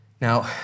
Now